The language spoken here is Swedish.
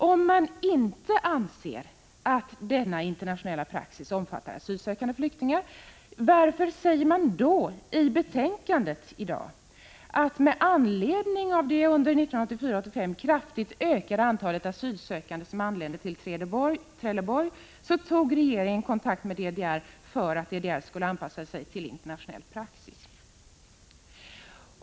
Om man inte anser att denna internationella praxis omfattar asylsökande flyktingar, varför säger man då i föreliggande betänkande att regeringen med anledning av det under 1984 och 1985 kraftigt ökade antalet asylsökande som anlände till Trelleborg tog kontakt med DDR för att DDR skulle anpassa sig till internationell praxis?